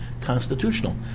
constitutional